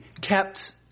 kept